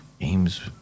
games